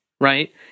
right